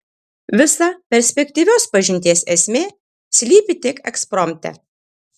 visa perspektyvios pažinties esmė slypi tik ekspromte